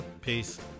Peace